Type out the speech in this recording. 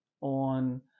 on